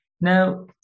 Now